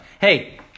Hey